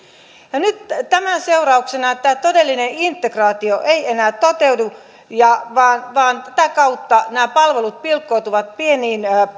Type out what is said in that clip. nyt tämän seurauksena tämä todellinen integraatio ei enää toteudu vaan vaan tätä kautta nämä palvelut pilkkoutuvat pieniin